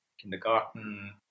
kindergarten